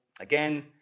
Again